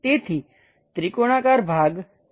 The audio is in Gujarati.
તેથી ત્રિકોણાકાર ભાગ તે હશે